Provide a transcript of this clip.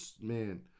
man